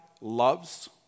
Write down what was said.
loves